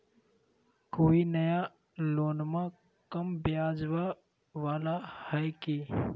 कोइ नया लोनमा कम ब्याजवा वाला हय की?